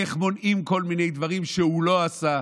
איך מונעים כל מיני דברים שהוא לא עשה.